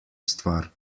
stvar